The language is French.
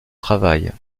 travail